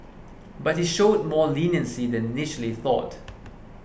but he showed more leniency than initially thought